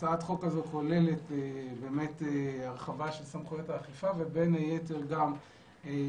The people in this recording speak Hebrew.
הצעת החוק הזו כוללת הרחבה של סמכויות האכיפה ובין היתר שינוי